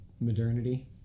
modernity